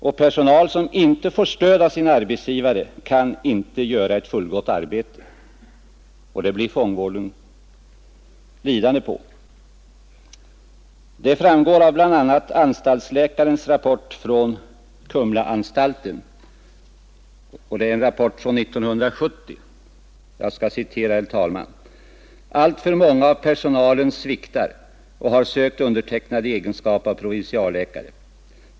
Och personal som inte får stöd av sin arbetsgivare kan inte göra ett fullgott arbete, och det blir fångvården lidande på. Det framgår av bl.a. anstaltsläkarens rapport för 1970 från Kumlaanstalten. Jag citerar, herr talman: ”Alltför många av personalen sviktar och har sökt undertecknad i egenskap av provinsialläkare.